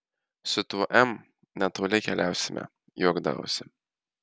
su tuo m netoli keliausime juokdavausi